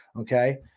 Okay